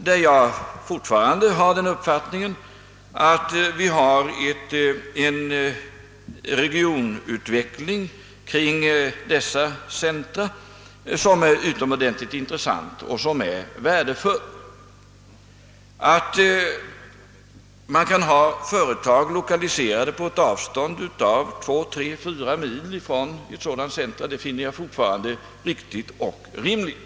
Jag har fortfarande den uppfattningen att vi kring dessa centra har en utomordentligt intressant och värdefull regionutveckling. Att man kan ha företag lokaliserade på ett avstånd av 2, 3 eller 4 mil från ett sådant centrum finner jag fortfarande riktigt och rimligt.